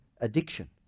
addiction